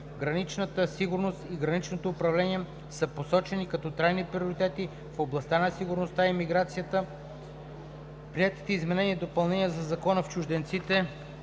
Граничната сигурност и граничното управление са посочени като трайни приоритети в областта на сигурността и миграцията. Приетите изменения и допълнения в Закона за чужденците